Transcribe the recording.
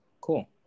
Cool